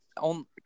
on